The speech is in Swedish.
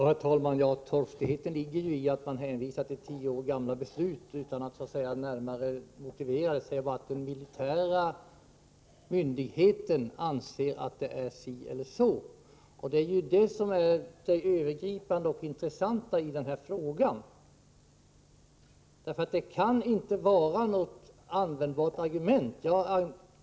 Herr talman! Torftigheten ligger i att kommunikationsministern hänvisar till 10 år gamla beslut och utan att närmare motivera det säger att den militära myndigheten anser att det är si eller så. Det är ju det som är det övergripande och intressanta i den här frågan, eftersom det inte är något användbart argument.